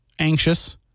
Anxious